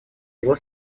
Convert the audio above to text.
его